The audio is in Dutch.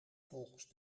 volgens